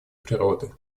природы